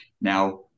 now